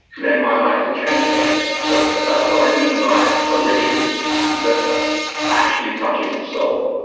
then my life would change again. so that's what i mean by a ritual that actually touches the soul.